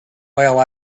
while